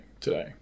today